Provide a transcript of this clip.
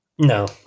No